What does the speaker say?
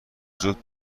زود